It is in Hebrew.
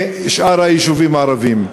משאר היישובים הערביים.